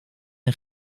een